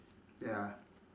ya